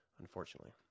unfortunately